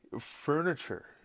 furniture